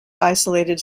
isolated